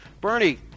Bernie